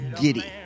giddy